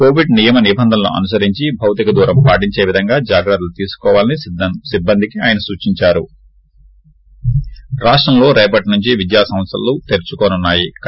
Covid నియమ నిబంధనలు అనుసరించి భౌతిక దూరం పాటించే విధంగా జాగ్రత్తలు తీసుకోవాలని సిబ్బందికి ఆయన సూచించారు రాష్టంలో రేపటి నుంచి విద్యాసంస్లలు తెరుచుకోనుతున్నా యి